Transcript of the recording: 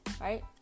right